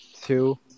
two